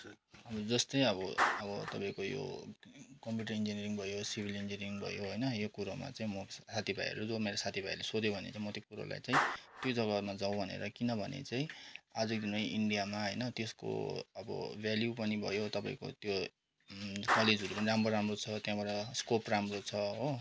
अनि जस्तै अब अब तपाईँको यो कम्प्युटर इन्जिनियरिङ भयो सिभिल इन्जिनियरिङ भयो होइन यो कुरामा चाहिँ म साथीभाइहरूको मेरो साथीभाइलाई सोध्यो भने म त्यो कुरोलाई चाहिँ त्यही जग्गामा जाऊ भनेर चाहिँ किनभने आजको दिन इन्डियामा होइन त्यसको अब भेल्यु पनि भयो तपाईँको त्यो कलेजहरू पनि राम्रो राम्रो छ त्यहाँबाट स्कोप राम्रो छ हो